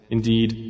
Indeed